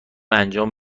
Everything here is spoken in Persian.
انجام